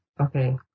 okay